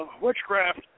witchcraft